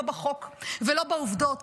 לא בחוק ולא בעובדות,